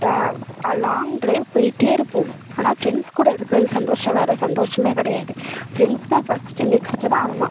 இப்போ long drive போயிகிட்டே இருப்போம் ஆனால் ஃப்ரெண்ட்ஸ் கூட இருக்கிறது சந்தோஷம் வேறு சந்தோஷமே கிடையாது ஃப்ரெண்ட்ஸ் தான் ஃபஸ்ட்டு நெக்ஸ்ட்டு தான் அம்மா